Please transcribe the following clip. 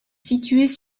situés